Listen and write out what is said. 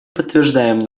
подтверждаем